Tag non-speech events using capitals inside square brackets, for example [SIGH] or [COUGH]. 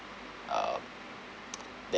uh [NOISE] that